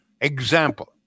example